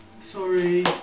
sorry